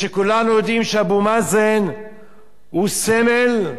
כולנו יודעים שאבו מאזן הוא סמל,